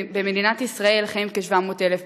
במדינת ישראל חיים כ-700,000 בני-נוער.